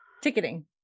ticketing